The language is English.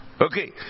Okay